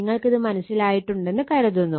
നിങ്ങൾക്കിത് മനസ്സിലായിട്ടുണ്ടെന്ന് കരുതുന്നു